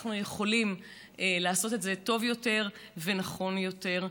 יכולים לעשות את זה טוב יותר ונכון יותר.